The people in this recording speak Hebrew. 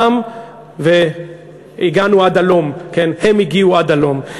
אותם עצמם, והגענו עד הלום, הם הגיעו עד הלום.